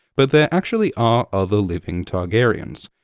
but there actually are other living targaryens.